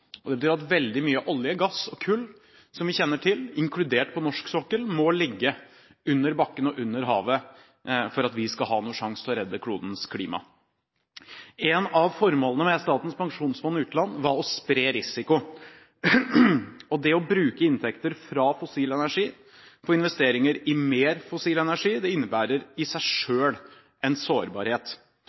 at veldig mye olje, gass og kull som vi kjenner til, inkludert på norsk sokkel, må ligge under bakken og under havet for at vi skal ha noen sjanse til å redde klodens klima. Et av formålene med Statens pensjonsfond utland var å spre risiko, og det å bruke inntekter fra fossil energi til investeringer i mer fossil energi innebærer i seg selv en sårbarhet.